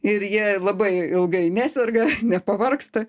ir jie labai ilgai neserga nepavargsta